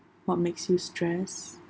what makes you stressed